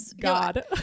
God